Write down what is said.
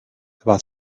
about